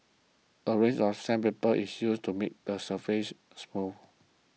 a range of sandpaper is used to make the surface smooth